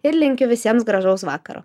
ir linkiu visiems gražaus vakaro